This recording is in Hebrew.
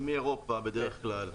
מאירופה בדרך כלל.